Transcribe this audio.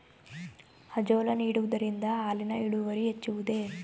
Azolla ನೀಡುವುದರಿಂದ ಹಾಲಿನ ಇಳುವರಿ ಹೆಚ್ಚುವುದೇ?